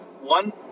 one